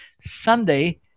Sunday